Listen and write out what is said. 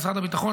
משרד הביטחון,